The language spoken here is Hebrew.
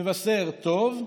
מבשר טוב,